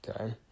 okay